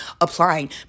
applying